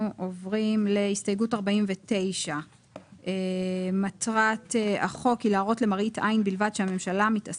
אז אנחנו עוברים להסתייגות 66. זה סומן